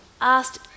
asked